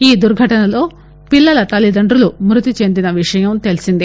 ఈ దుర్ఘటనలో పిల్లల తల్లిదండ్రులు మృతి చెందిన విషయం తెలిసిందే